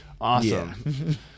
awesome